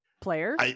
player